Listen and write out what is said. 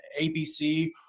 ABC